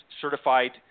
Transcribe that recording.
certified